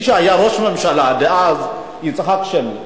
מי שהיה ראש הממשלה אז, יצחק שמיר,